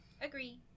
Agree